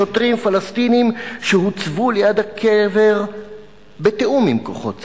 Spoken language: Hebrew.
שוטרים פלסטינים שהוצבו ליד הקבר בתיאום עם כוחות צה"ל?,